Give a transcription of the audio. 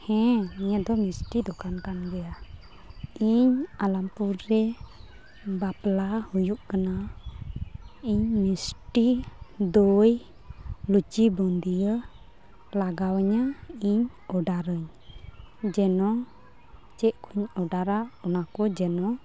ᱦᱮᱸ ᱱᱤᱭᱟᱹ ᱫᱚ ᱢᱤᱥᱴᱤ ᱫᱚᱠᱟᱱ ᱠᱟᱱ ᱜᱮᱭᱟ ᱤᱧ ᱟᱞᱚᱢᱯᱩᱨ ᱨᱮ ᱵᱟᱯᱞᱟ ᱦᱩᱭᱩᱜ ᱠᱟᱱᱟ ᱤᱧ ᱟᱞᱚᱢ ᱯᱩᱨ ᱠᱷᱚᱱ ᱤᱧ ᱢᱮᱱ ᱮᱫᱟ ᱤᱧ ᱢᱤᱥᱴᱤ ᱫᱳᱭ ᱞᱩᱪᱤ ᱵᱩᱱᱫᱟᱹᱭᱟᱹ ᱞᱟᱜᱟᱣ ᱟᱹᱧᱟ ᱤᱧ ᱳᱰᱟᱨ ᱨᱟᱹᱧ ᱡᱮᱱᱚ ᱪᱮᱫ ᱠᱚᱧ ᱳᱰᱟᱨᱟ ᱚᱱᱟᱠᱚ ᱡᱮᱱᱚ